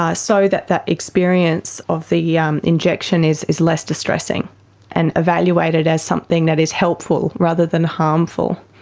ah so that that experience of the yeah um injection is is less distressing and evaluated as something that is helpful rather than harmful.